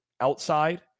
outside